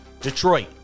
Detroit